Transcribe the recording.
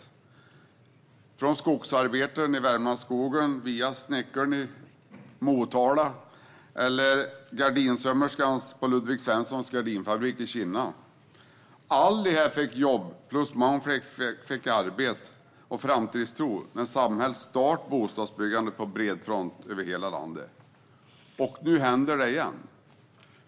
Det handlar om skogsarbetaren i Värmlandsskogen via snickaren i Motala till gardinsömmerskan på Ludvig Svenssons gardinfabrik i Kinna. Alla dessa fick jobb och framtidstro när samhället startade bostadsbyggandet på bred front över hela landet. Nu händer det igen.